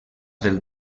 del